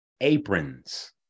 Aprons